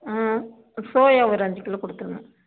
soya ஒரு அஞ்சு kilo கொடுத்துருங்க